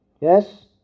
yes